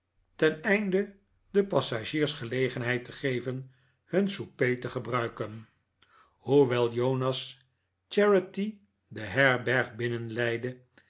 ophield teneinde den passagiers gelegenheid te geven hun souper te gebruiken hoewel jonas charity de